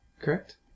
correct